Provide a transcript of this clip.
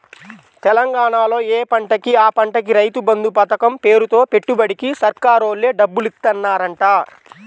తెలంగాణాలో యే పంటకి ఆ పంటకి రైతు బంధు పతకం పేరుతో పెట్టుబడికి సర్కారోల్లే డబ్బులిత్తన్నారంట